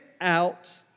out